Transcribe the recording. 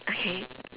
okay